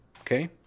Okay